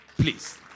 Please